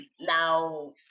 Now